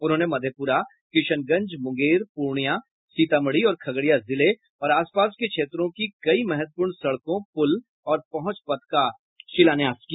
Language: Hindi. उन्होंने मधेपुरा किशनगंज मुंगेर पूर्णिया सीतामढ़ी और खगड़िया जिले और आसपास के क्षेत्रों की कई महत्वपूर्ण सड़कों पूल और पहुंच पथ का शिलान्यास किया